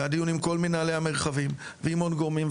והיו דיונים עם כל מנהלי המחרבים ועם עוד גורמים.